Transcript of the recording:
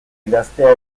idaztea